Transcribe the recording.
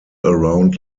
around